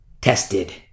tested